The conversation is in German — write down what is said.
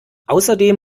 außerdem